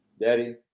Daddy